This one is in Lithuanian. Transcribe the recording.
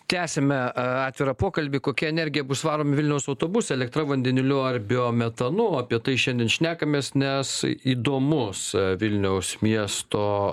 tęsiame a atvirą pokalbį kokia energija bus varomi vilniaus autobusai elektra vandeniliu ar biometanu apie tai šiandien šnekamės nes įdomus vilniaus miesto